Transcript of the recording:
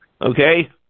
Okay